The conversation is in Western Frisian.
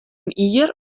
jier